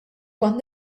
kont